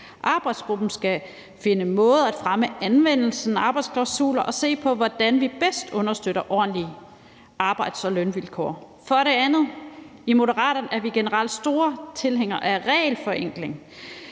Arbejdsgruppen skal finde måder at fremme anvendelsen af arbejdsklausuler på og se på, hvordan vi bedst understøtter ordentlige arbejds- og lønvilkår. For det andet er vi i Moderaterne generelt store tilhængere af regelforenkling.